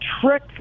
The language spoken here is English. trick